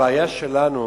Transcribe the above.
הבעיה שלנו